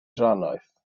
drannoeth